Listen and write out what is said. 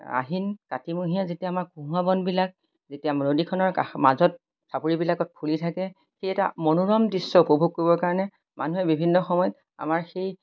আহিন কাতিমহীয়া যেতিয়া আমাৰ কহুৱা বনবিলাক যেতিয়া নদীখনৰ কাষ মাজত চাপৰিবিলাকত ফুলি থাকে সেই এটা মনোৰম দৃশ্য উপভোগ কৰিবৰ কাৰণে মানুহে বিভিন্ন সময়ত আমাৰ সেই